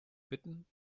bitten